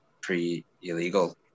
pre-illegal